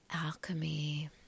alchemy